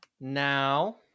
now